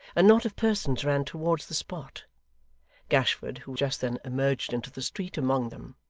a knot of persons ran towards the spot gashford, who just then emerged into the street, among them.